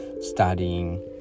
studying